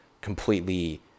completely